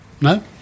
No